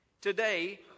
today